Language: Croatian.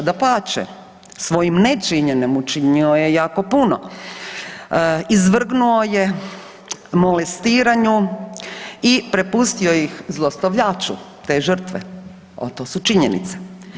Dapače, svojim nečinjenjem učinio je jako puno, izvrgnuo je molestiranju i prepustio ih zlostavljaču te žrtve, a to su činjenice.